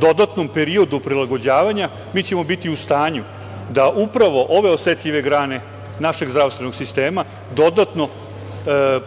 dodatnom periodu prilagođavanja mi ćemo biti u stanju da ove osetljive grane našeg zdravstvenog sistema dodatno